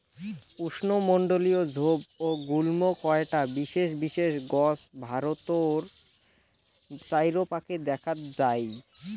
উষ্ণমণ্ডলীয় ঝোপ ও গুল্ম কয়টা বিশেষ বিশেষ গছ ভারতর চাইরোপাকে দ্যাখ্যাত যাই